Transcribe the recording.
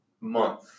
month